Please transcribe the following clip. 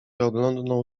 oglądnął